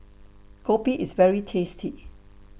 Kopi IS very tasty